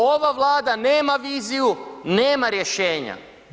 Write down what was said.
Ova Vlada nema viziju, nema rješenja.